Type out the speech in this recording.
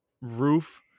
roof